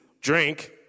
drink